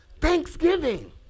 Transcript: Thanksgiving